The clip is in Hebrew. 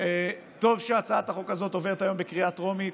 טוב שהצעת החוק הזאת עוברת היום בקריאה טרומית,